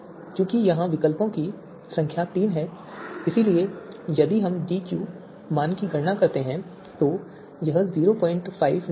चूँकि यहाँ विकल्पों की संख्या तीन है इसलिए यदि हम DQ मान की गणना करते हैं तो यह 05 निकलता है